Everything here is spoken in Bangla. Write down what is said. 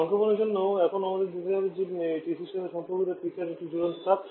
সংক্ষেপণের জন্য এখন আমাদের দেখতে হবে যে TCর সাথে সম্পর্কিত PSat একই চূড়ান্ত চাপ